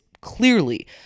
clearly